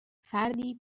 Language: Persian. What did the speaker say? فردی